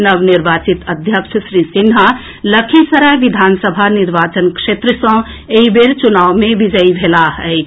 नवनिर्वाचित अध्यक्ष श्री सिन्हा लखीसराय विधानसभा निर्वाचन क्षेत्र सँ एहि बेर चुनाव मे विजयी भेलाह अछि